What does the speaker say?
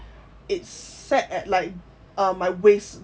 it's set at like uh my waist